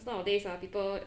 cause nowadays ah people